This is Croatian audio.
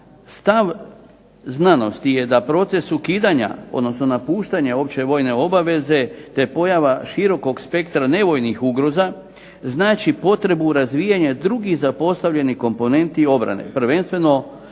stav znanosti je da proces ukidanja, odnosno napuštanja opće vojne obaveze, te pojava širokog spektra nevojnih ugroza znači potrebu razvijanja drugih zapostavljenih komponentni obrane, prvenstveno